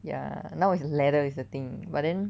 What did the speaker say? ya now is leather is the thing but then